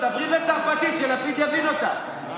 דברי בצרפתית, כדי שלפיד יבין אותך.